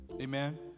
Amen